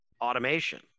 automation